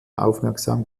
aufmerksam